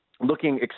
looking